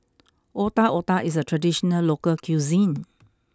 Otak Otak is a traditional local cuisine